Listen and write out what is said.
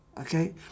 okay